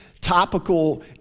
topical